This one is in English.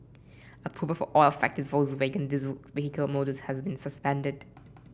approval for all affected Volkswagen diesel vehicle models has been suspended